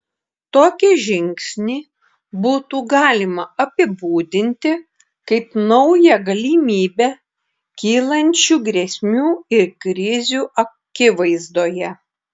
tokį žingsnį būtų galima apibūdinti kaip naują galimybę kylančių grėsmių ir krizių akivaizdoje